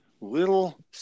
little